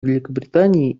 великобритании